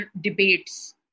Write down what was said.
debates